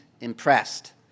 impressed